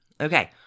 Okay